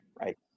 right